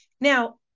Now